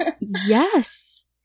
yes